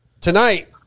Tonight